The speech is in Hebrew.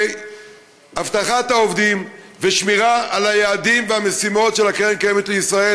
ביטחון לעובדים ושמירה על היעדים והמשימות של הקרן הקיימת לישראל.